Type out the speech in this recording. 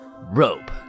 Rope